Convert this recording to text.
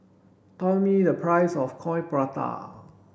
tell me the price of coin prata